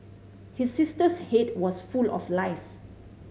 his sister's head was full of lice